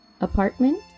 apartment